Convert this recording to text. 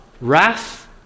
wrath